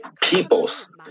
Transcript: peoples